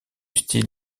style